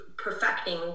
perfecting